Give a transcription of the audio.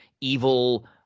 evil